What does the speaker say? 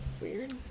weird